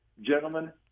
gentlemen